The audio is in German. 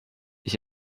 ich